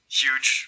huge